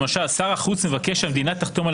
למשל שר החוץ מבקש שהמדינה תחתום על